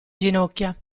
ginocchia